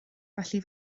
felly